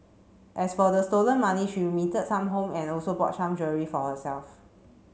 as for the stolen money she remitted some home and also bought some jewellery for herself